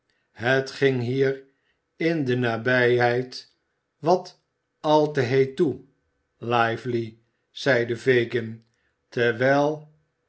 het ging hier in de nabijheid wat al te heet toe lively zeide fagin terwijl